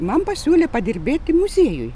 man pasiūlė padirbėti muziejuj